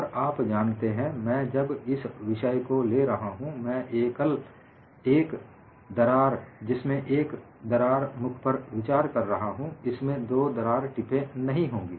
और आप जानते हैं मैं जब इस विषय को ले रहा हूं मैं एक एकल दरार जिसमें एक दरार मुख पर विचार कर रहा हूं इसमें दो दरार टिपे नहीं होंगी